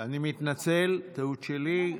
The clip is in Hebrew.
אני מתנצל, טעות שלי,